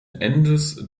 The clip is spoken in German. endes